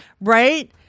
right